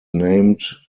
named